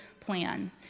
plan